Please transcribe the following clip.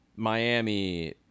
Miami